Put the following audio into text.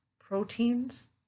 proteins